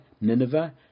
Nineveh